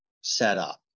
setup